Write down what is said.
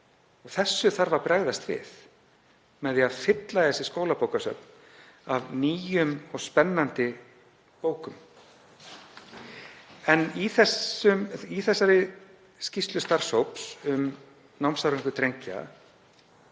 Því þarf að bregðast við með því að fylla þessi skólabókasöfn af nýjum og spennandi bókum. En í þessari skýrslu starfshóps um námsárangur drengja